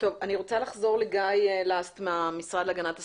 אני רוצה לחזור לגיא לסט מהמשרד להגנת הסביבה.